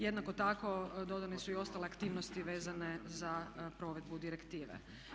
Jednako tako dodane su i ostale aktivnosti vezane za provedbu direktive.